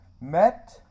met